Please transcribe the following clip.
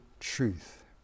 truth